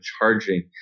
charging